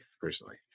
personally